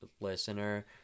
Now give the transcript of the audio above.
listener